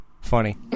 funny